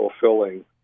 fulfilling